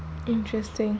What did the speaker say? interesting